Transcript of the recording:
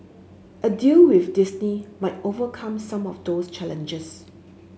a deal with Disney might overcome some of those challenges